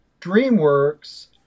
DreamWorks